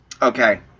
Okay